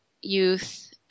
youth